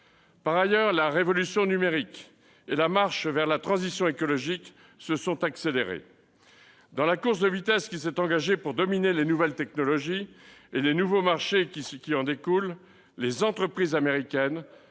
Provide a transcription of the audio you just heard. Par ailleurs, la révolution numérique et la marche vers la transition écologique se sont accélérées. Dans la course de vitesse qui s'est engagée pour dominer les nouvelles technologies et les nouveaux marchés qui en découlent, les entreprises américaines